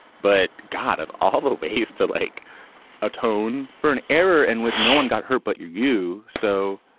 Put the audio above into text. but god of all the ways to like atone for an error in which no one got hurt. but you, you. so,